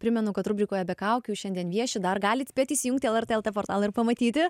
primenu kad rubrikoje be kaukių šiandien vieši dar galit spėti įsijungti lrt lt portalą ir pamatyti